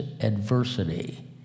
adversity